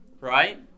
Right